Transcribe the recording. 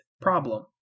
problem